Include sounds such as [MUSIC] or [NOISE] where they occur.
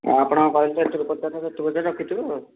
ଆପଣ କହିଥିଲେ [UNINTELLIGIBLE] ରଖିଥିବୁ